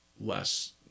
less